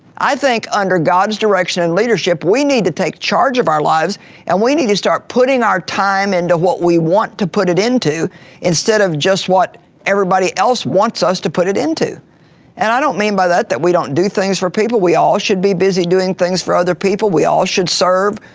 i think under god's direction and leadership, we need to take charge of our lives and we need to start putting our time into what we want to put it into instead of just what everybody else wants us to put it into and i don't mean by that that we don't do things for people, we all should be busy doing things for other people, we all should serve,